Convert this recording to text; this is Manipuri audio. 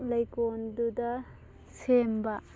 ꯂꯩꯀꯣꯟꯗꯨꯗ ꯁꯦꯝꯕ